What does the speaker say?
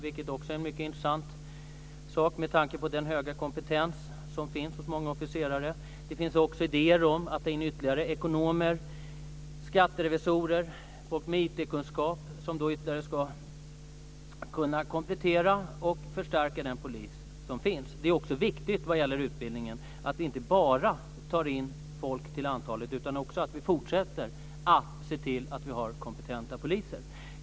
Det är också mycket intressant, med tanke på den höga kompetens som finns hos många officerare. Det finns också idéer om att ta in ytterligare ekonomer, skatterevisorer och människor med IT kunskap som ska kunna komplettera och förstärka den polis som finns. Vad gäller utbildningen är det också viktigt att vi inte bara tar in ett antal personer utan att vi fortsätter att se till att vi har kompetenta poliser.